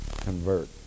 convert